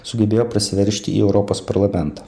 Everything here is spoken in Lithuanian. sugebėjo prasiveržti į europos parlamentą